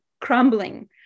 crumbling